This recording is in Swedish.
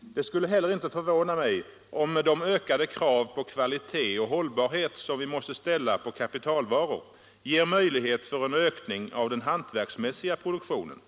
Det skulle heller inte förvåna mig om de ökade krav på kvalitet och hållbarhet som vi måste ställa på kapitalvaror ger möjlighet för en ökning av den hantverksmässiga produktionen.